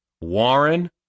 Warren